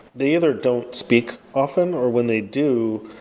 they either don't speak often, or when they do,